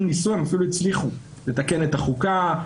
ניסו הם אפילו הצליחו לתקן את החוקה,